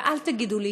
ואל תגידו לי,